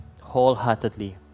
wholeheartedly